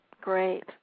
Great